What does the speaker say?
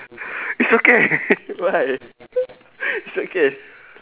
it's okay why it's okay